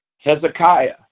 Hezekiah